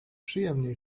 przyjemniej